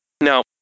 Now